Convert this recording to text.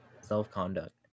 self-conduct